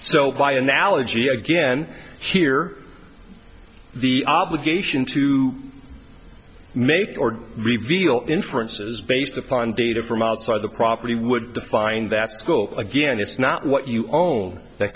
so by analogy again here the obligation to make or reveal inferences based upon data from outside the property would define that school again it's not what you own that